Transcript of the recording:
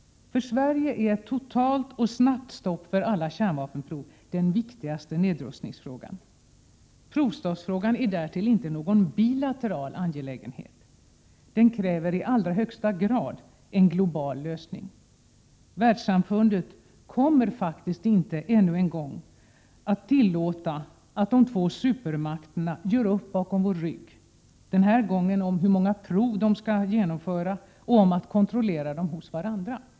För Sverige är ett totalt och snabbt stopp för alla kärnvapenprov den viktigaste nedrustningsfrågan. Provstoppsfrågan är därtill inte någon bilateral angelägenhet. Den kräver i allra högsta grad en global lösning. Världssamfundet kommer faktiskt inte än en gång att tillåta att de två supermakterna gör upp bakom vår rygg — denna gång om hur många prov de skall genomföra och om att kontrollera dem hos varandra.